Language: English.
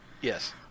Yes